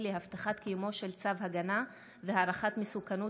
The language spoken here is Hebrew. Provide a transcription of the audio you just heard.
להבטחת קיומו של צו הגנה והערכת מסוכנות,